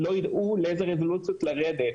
לא יידעו לאיזה רזולוציות לרדת.